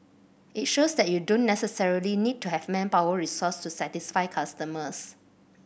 it shows that you don't necessarily need to have manpower resource to satisfy customers